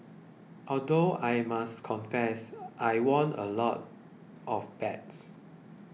although I must confess I won a lot of bets